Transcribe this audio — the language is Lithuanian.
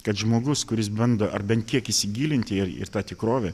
kad žmogus kuris bando ar bent kiek įsigilinti ir į tą tikrovę